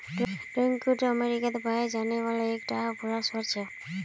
Duroc अमेरिकात पाया जाने वाला एक टा भूरा सूअर छे